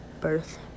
birth